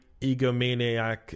egomaniac